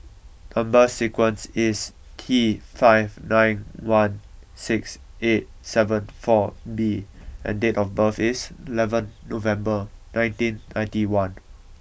number sequence is T five nine one six eight seven four B and date of birth is eleven November nineteen ninety one